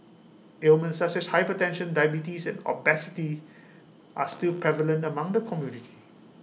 ailments such as hypertension diabetes and obesity are still prevalent among the community